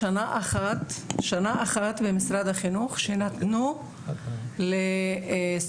שנה אחת במשרד החינוך שנתנו לתלמידים